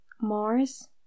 Mars